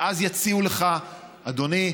ואז יציעו לך: אדוני,